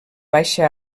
baixa